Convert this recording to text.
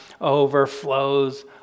overflows